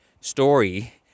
story